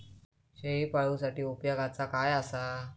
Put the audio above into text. शेळीपाळूसाठी उपयोगाचा काय असा?